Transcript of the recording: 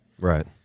Right